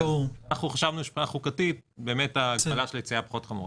אנחנו חשבנו שמבחינה חוקתית באמת ההגבלה של היציאה פחות חמורה.